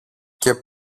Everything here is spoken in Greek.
και